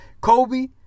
Kobe